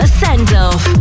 send-off